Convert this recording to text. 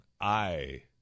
I